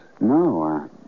No